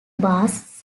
bars